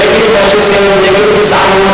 נגד פאשיזם,